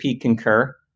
Concur